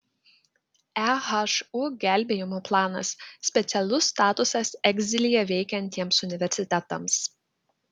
ehu gelbėjimo planas specialus statusas egzilyje veikiantiems universitetams